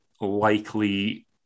likely